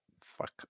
fuck